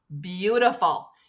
beautiful